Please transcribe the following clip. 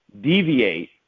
deviate